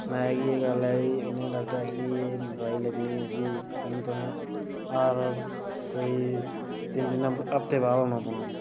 सनाया कि एह् गल्ल ऐ भई उ'नें डाक्टरें कि एह् दोआई लगनी ऐ इस्सी हून तुसें हर कोई तिन्न तिन्न हफ्तै बाद औना पौना